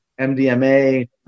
MDMA